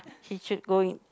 she should go in